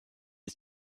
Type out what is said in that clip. ist